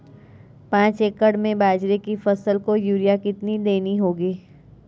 पांच एकड़ में बाजरे की फसल को यूरिया कितनी देनी होगी?